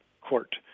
court